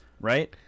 right